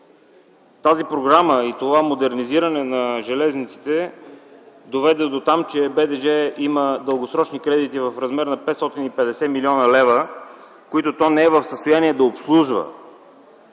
тази програма и това модернизиране на железниците доведе дотам, че БДЖ има дългосрочни кредити в размер на 550 млн. лв., които то не е в състояние да обслужва.